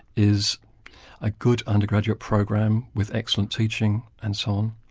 is a good undergraduate program with excellent teaching and so on,